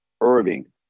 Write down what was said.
Irving